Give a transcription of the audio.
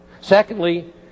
Secondly